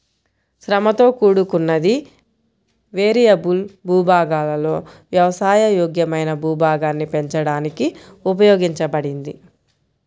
శ్రమతో కూడుకున్నది, వేరియబుల్ భూభాగాలలో వ్యవసాయ యోగ్యమైన భూభాగాన్ని పెంచడానికి ఉపయోగించబడింది